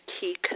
key